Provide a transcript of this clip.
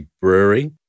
Brewery